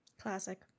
Classic